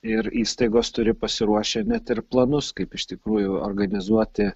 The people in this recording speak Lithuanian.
ir įstaigos turi pasiruošę net ir planus kaip iš tikrųjų organizuoti